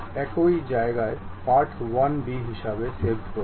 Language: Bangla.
একই জায়গায় পার্ট1b হিসাবে সেভ করুন